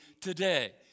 today